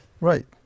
Right